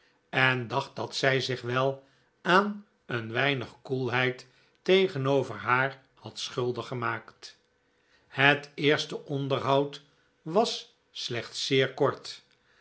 en dacht dat zij zich wel aan een weinig koelheid tegenover haar had schuldig gemaakt het eerste onderhoud was slechts zeer kort